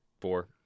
Four